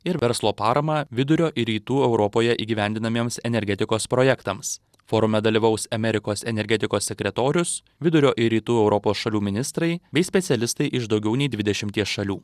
ir verslo paramą vidurio ir rytų europoje įgyvendinamiems energetikos projektams forume dalyvaus amerikos energetikos sekretorius vidurio ir rytų europos šalių ministrai bei specialistai iš daugiau nei dvidešimties šalių